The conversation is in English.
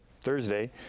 Thursday